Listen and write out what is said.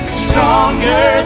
stronger